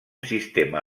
sistema